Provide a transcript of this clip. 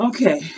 Okay